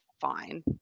fine